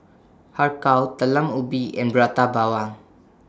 Har Kow Talam Ubi and Prata Bawang